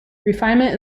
refinement